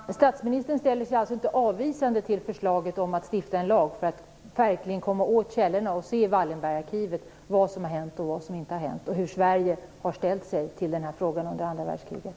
Fru talman! Statsministern ställer sig alltså inte avvisande till förslaget om att stifta en lag för att verkligen kunna komma åt källorna och i Wallenbergarkivet se vad som hänt och vad som inte har hänt samt hur Sverige ställde sig till den här frågan under andra världskriget.